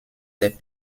des